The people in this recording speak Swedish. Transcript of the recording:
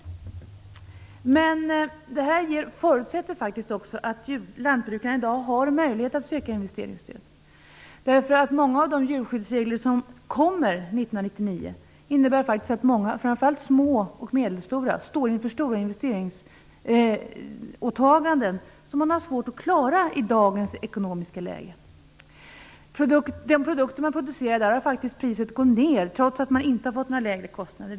Men det förutsätter också att lantbrukarna har möjlighet att söka investeringsstöd. Många av de djurskyddsregler som kommer 1999 innebär att många lantbrukare, framför allt små och medelstora, står inför stora investeringsåtaganden som de har svårt att klara i dagens ekonomiska läge. Priset har gått ned på de produkter de producerar, trots att de inte fått lägre kostnader.